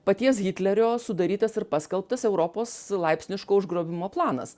paties hitlerio sudarytas ir paskelbtas europos laipsniško užgrobimo planas